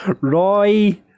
Roy